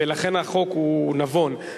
ולכן החוק הוא נבון,